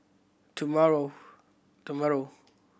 tomorrow tomorrow